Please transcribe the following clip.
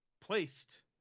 placed